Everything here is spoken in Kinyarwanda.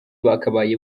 bakabaye